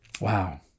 Wow